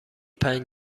پنج